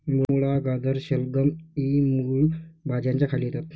मुळा, गाजर, शलगम इ मूळ भाज्यांच्या खाली येतात